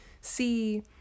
see